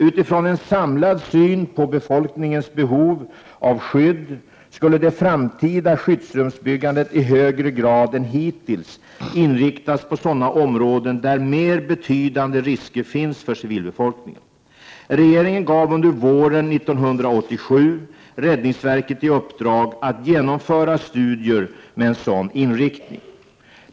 Utifrån en samlad syn på befolkningens behov av skydd skulle det framtida skyddsrumsbyggandet i högre grad än hittills inriktas på sådana områden där mera betydande risker finns för civilbefolkningen. Regeringen gav under våren 1987 räddningsverket i uppdrag att genomföra studier med en sådan inriktning.